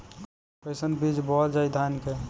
कईसन बीज बोअल जाई धान के?